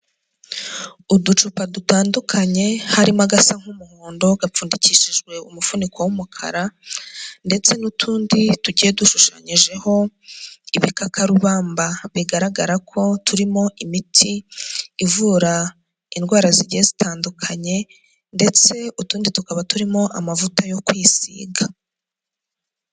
Uducupa dutandukanye, harimo agasa nk'umuhondo, gapfundikishijwe umufuniko w'umukara, ndetse n'utundi tugiye dushushanyijeho ibikakarubamba, bigaragara ko turimo imiti ivura indwara zigiye zitandukanye ndetse utundi tukaba turimo amavuta yo kwisiga.